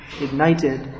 ignited